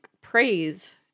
praise